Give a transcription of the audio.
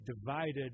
divided